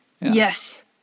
Yes